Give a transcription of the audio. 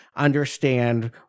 understand